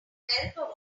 help